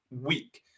week